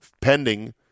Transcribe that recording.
pending